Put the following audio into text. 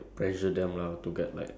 um how to say ah